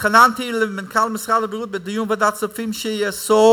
התחננתי למנכ"ל משרד הבריאות בדיון בוועדת הכספים שיאסור,